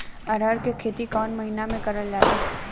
अरहर क खेती कवन महिना मे करल जाला?